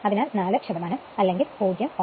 അതിനാൽ S250 അതായത് 4 അല്ലെങ്കിൽ 0